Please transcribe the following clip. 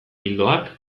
ildoak